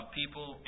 people